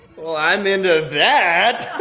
well, i'm into that!